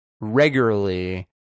Regularly